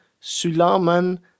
Sulaiman